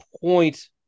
point